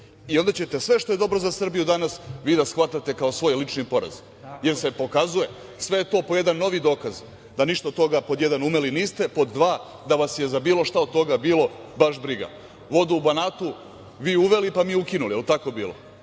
Onda ćete sve što je dobro za Srbiju danas vi da shvatate kao svoj lični poraz, jer se pokazuje. Sve je to po jedan novi dokaz da ništa od toga, pod jedan umeli niste, pod dva da vas je za bilo šta od toga bilo baš briga. Vodu u Banatu vi uveli, pa mi ukinuli. Da li je tako bilo?